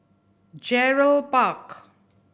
Gerald Park